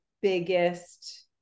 biggest